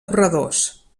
corredors